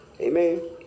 Amen